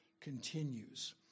continues